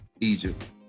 Egypt